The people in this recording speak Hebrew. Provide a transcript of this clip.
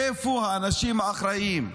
איפה האנשים האחראים?